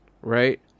right